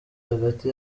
hagati